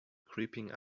creeping